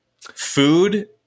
Food